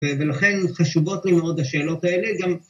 ‫ולכן חשובות לי מאוד ‫השאלות האלה גם...